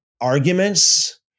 arguments